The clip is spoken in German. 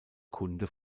kunde